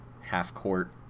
half-court